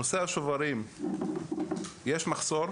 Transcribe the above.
נושא השוברים, יש מחסור,